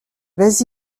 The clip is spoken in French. vas